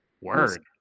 Word